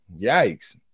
yikes